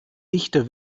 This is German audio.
dichter